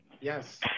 Yes